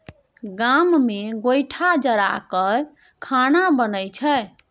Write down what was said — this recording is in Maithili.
गाम मे गोयठा जरा कय खाना बनइ छै